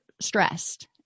stressed